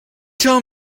tell